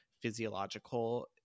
physiological